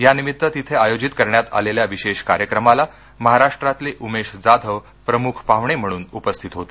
यानिमित्त तिथे आयोजित करण्यात आलेल्या विशेष कार्यक्रमाला महाराष्ट्रातले उमेश जाधव प्रमुख पाहणे म्हणून उपस्थित होते